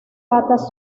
patas